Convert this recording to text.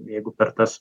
jeigu per tas